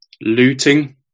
looting